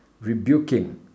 rebuking